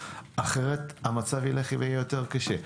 אחרת המצב ילך ויהיה יותר קשה.